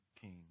King